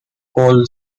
coal